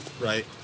right